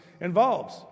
involves